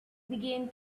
began